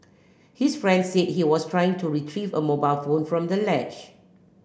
his friend said he was trying to retrieve a mobile phone from the ledge